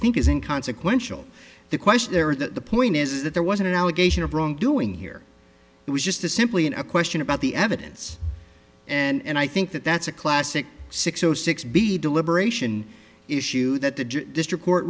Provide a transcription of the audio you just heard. think is inconsequential the question there is that the point is that there wasn't an allegation of wrongdoing here it was just to simply in a question about the evidence and i think that that's a classic six o six b deliberation issue that the district court